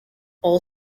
all